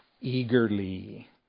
eagerly